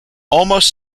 almost